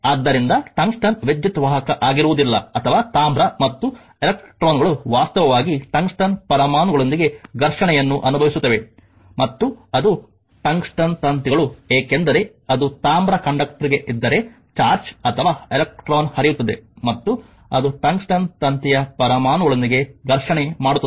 ಆದ್ದರಿಂದ ಟಂಗ್ಸ್ಟನ್ ವಿದ್ಯುತ್ ವಾಹಕ ಆಗಿರುವುದಿಲ್ಲ ಅಥವಾ ತಾಮ್ರ ಮತ್ತು ಎಲೆಕ್ಟ್ರಾನ್ಗಳು ವಾಸ್ತವವಾಗಿ ಟಂಗ್ಸ್ಟನ್ ಪರಮಾಣುಗಳೊಂದಿಗೆ ಘರ್ಷಣೆಯನ್ನು ಅನುಭವಿಸುತ್ತವೆ ಮತ್ತು ಅದು ಟಂಗ್ಸ್ಟನ್ ತಂತಿಗಳು ಏಕೆಂದರೆ ಅದು ತಾಮ್ರ ಕಂಡಕ್ಟರ್ಗೆ ಇದ್ದರೆ ಚಾರ್ಜ್ ಅಥವಾ ಎಲೆಕ್ಟ್ರಾನ್ ಹರಿಯುತ್ತದೆ ಮತ್ತು ಅದು ಟಂಗ್ಸ್ಟನ್ ತಂತಿಯ ಪರಮಾಣುಗಳೊಂದಿಗೆ ಘರ್ಷಣೆ ಮಾಡುತ್ತದೆ